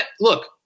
look